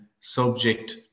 subject